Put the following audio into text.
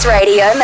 Radio